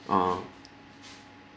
uh